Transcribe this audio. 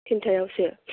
थिनथायावसो